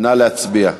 נא להצביע.